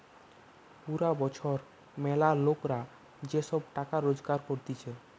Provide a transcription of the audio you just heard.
পুরা বছর ম্যালা লোকরা যে সব টাকা রোজগার করতিছে